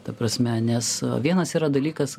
ta prasme nes vienas yra dalykas